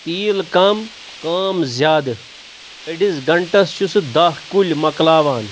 تیٖل کم کٲم زیادٕ أڑِس گنٛٹس چھِ سُہ دہ کُلۍ مۄکلاوان